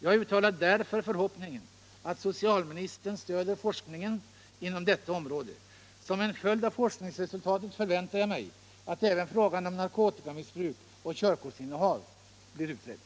Jag uttalar därför förhoppningen att socialministern stöder LL forskningen inom detta område. Som en följd av forskningsresultat för Om åtgärder mot väntar jag mig att även frågan om narkotikamissbruk och körkortsin — narkotikamissbrunehav blir utredd.